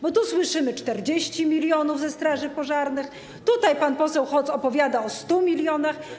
Bo tu słyszymy: 40 mln ze straży pożarnych, tutaj pan poseł Hoc opowiada o 100 mln.